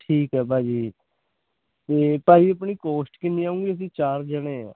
ਠੀਕ ਹੈ ਭਾਜੀ ਅਤੇ ਭਾਜੀ ਆਪਣੀ ਕੋਸਟ ਕਿੰਨੀ ਆਉਗੀ ਅਸੀਂ ਚਾਰ ਜਾਣੇ ਹਾਂ